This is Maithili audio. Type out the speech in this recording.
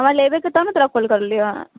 हमरा लेबयके हए तब ने तोरा कॉल करलियौ हऽ